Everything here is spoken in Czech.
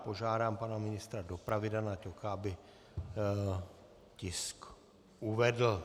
Požádám pana ministra dopravy Dana Ťoka, aby tisk uvedl.